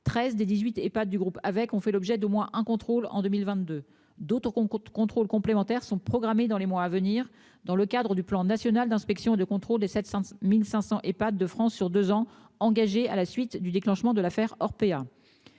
13 des 18 et pas du groupe avec ont fait l'objet d'au moins un contrôle en 2022. D'autres concours de contrôles complémentaires sont programmés dans les mois à venir dans le cadre du plan national d'inspection de contrôle des 700.500 épate de francs sur deux ans. Engagé à la suite du déclenchement de l'affaire Orpea.